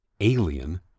alien